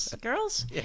Girls